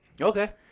Okay